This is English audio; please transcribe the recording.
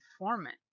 informant